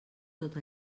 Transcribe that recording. tot